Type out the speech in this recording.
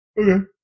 Okay